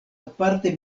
aparte